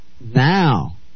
Now